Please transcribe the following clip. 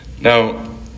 Now